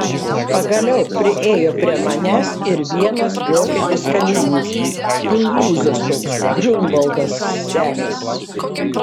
pagaliau priėjo prie manęs ir vienas vokietis kalinys pilvūzas toks griunvaldas senis